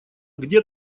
где